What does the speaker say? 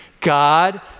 God